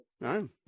no